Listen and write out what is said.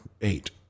eight